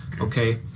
okay